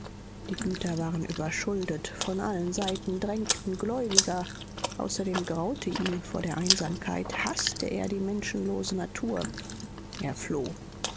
die güter waren überschuldet von allen seiten drängten gläubiger außerdem graute ihm vor der einsamkeit haßte er die menschenlose natur er floh